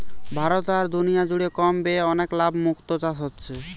ভারতে আর দুনিয়া জুড়ে কম ব্যয়ে অনেক লাভে মুক্তো চাষ হচ্ছে